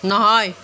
নহয়